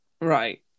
Right